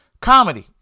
comedy